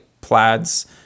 Plaid's